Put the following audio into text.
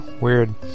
Weird